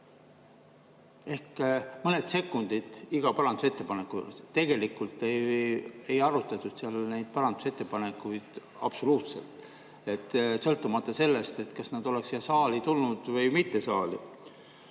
Ehk mõned sekundid oli aega iga parandusettepaneku juures. Tegelikult ei arutatud seal neid parandusettepanekuid absoluutselt, sõltumata sellest, kas nad oleks siia saali tulnud või mitte. Aga